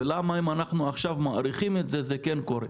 ולמה אם עכשיו אנחנו מאריכים את זה זה כן קורה?